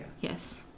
yes